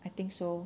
I think so